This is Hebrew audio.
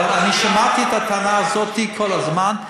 אבל אני שמעתי את הטענה הזאת כל הזמן.